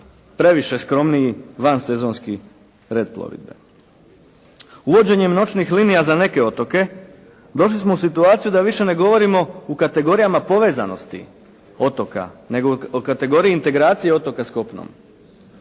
previše skromniji van sezonski red plovidbe. Uvođenjem noćnih linija za neke otoke došli smo u situaciju da više ne govorimo o kategorijama povezanosti otoka, nego o kategoriji integracije otoka s kopnom.